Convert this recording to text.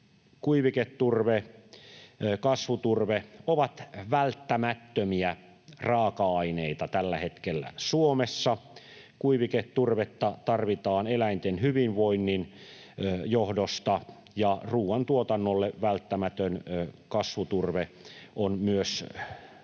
kuiviketurve ja kasvuturve ovat välttämättömiä raaka-aineita tällä hetkellä Suomessa. Kuiviketurvetta tarvitaan eläinten hyvinvoinnin johdosta, ja ruoantuotannolle välttämätön kasvuturve on myös ruoan